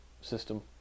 system